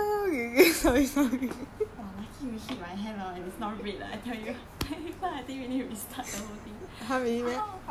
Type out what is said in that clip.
!wah! lucky you hit my hand ah and it's not red ah I tell you if not I think we need to restart the whole thing !ouch! !wah! you hit me very hard sia